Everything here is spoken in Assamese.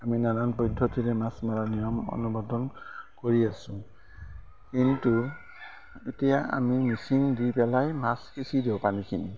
আমি নানান পদ্ধতিৰে মাছ মৰা নিয়ম অনুবন্ধন কৰি আছোঁ কিন্তু এতিয়া আমি মেচিন দি পেলাই মাছ সিঁচি দিওঁ পানীখিনি